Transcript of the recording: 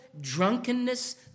drunkenness